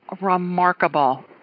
remarkable